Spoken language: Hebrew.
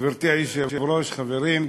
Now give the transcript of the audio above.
גברתי היושבת-ראש, חברים,